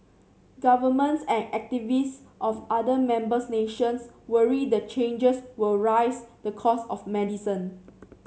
governments and activists of other members nations worry the changes will rise the cost of medicine